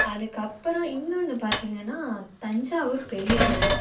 அதுக்கு அப்புறம் இன்னொன்று பார்த்திங்கன்னா தஞ்சாவூர் பெரிய கோவில்